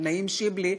נעים שיבלי: